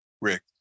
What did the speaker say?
Rick